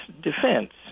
defense